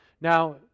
Now